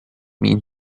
mean